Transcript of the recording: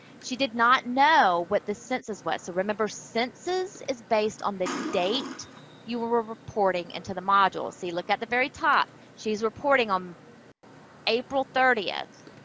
she did not know what the census was. so, remember, census is based on the date you were were reporting into the module. see, look at the very top. she's reporting on april thirtieth.